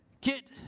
get